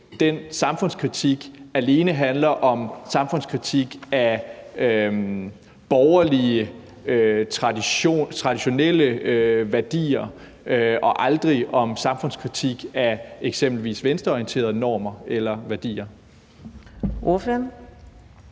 den samfundskritik alene handler om samfundskritik af borgerlige, traditionelle værdier og aldrig om samfundskritik af eksempelvis venstreorienterede normer eller værdier?